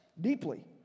deeply